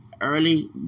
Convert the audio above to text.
early